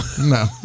no